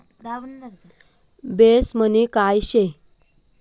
Base money काय शे?